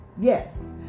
Yes